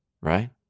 right